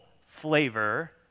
flavor